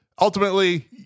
Ultimately